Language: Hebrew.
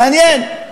מעניין.